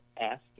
asked